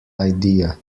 idea